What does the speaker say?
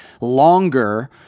longer